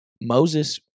moses